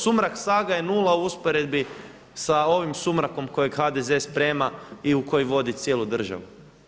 Sumrak saga je nula u usporedbi sa ovim sumrakom kojeg HDZ sprema i u koji vodi cijelu državu.